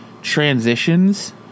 transitions